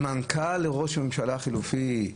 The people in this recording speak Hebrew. על מנכ"ל לראש ממשלה חליפי,